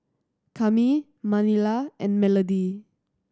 Cami Manilla and Melodie